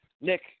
Nick